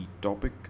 topic